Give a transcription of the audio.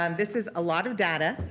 um this is a lot of data.